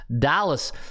dallas